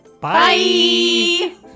Bye